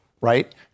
right